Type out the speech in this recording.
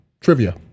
Trivia